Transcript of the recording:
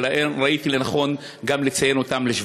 וראיתי לנכון גם לציין אותם לשבח.